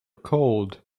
cold